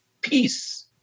peace